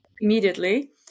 immediately